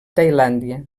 tailàndia